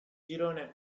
girone